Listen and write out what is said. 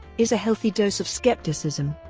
is a healthy dose of skepticism.